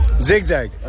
Zigzag